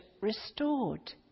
restored